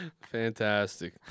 Fantastic